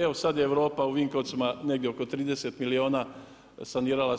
Evo sada je Europa u Vinkovcima negdje oko 30 milijuna sanirala